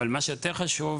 אבל מה שיותר חשוב,